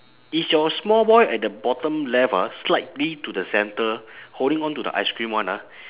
is your small boy at the bottom left ah slightly to the center holding on to the ice cream [one] ah